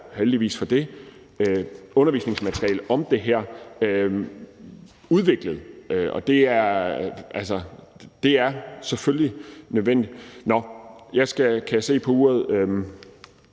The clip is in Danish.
heldigvis for det – udviklet undervisningsmateriale om det her, og det er selvfølgelig nødvendigt. Jeg skal, kan jeg se på uret,